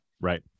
right